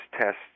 tests